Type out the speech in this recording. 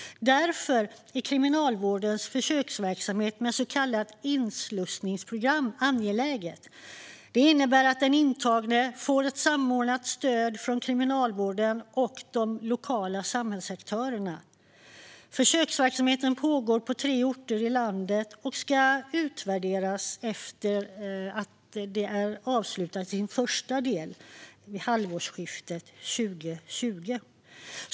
Därför är kriminalvårdens försöksverksamhet med så kallade inslussningsprogram angeläget. Programmet innebär att den intagne får ett samordnat stöd från kriminalvården och de lokala samhällsaktörerna. Försöksverksamheten pågår på tre orter i landet och ska utvärderas efter att den första delen är avslutad vid halvårsskiftet 2020.